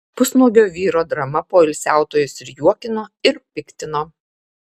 pusnuogio vyro drama poilsiautojus ir juokino ir piktino